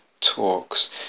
talks